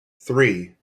three